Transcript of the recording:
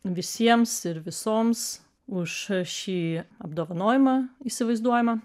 visiems ir visoms už šį apdovanojimą įsivaizduojamą